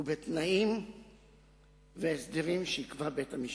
ובתנאים ובהסדרים שיקבע בית-המשפט.